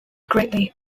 greatly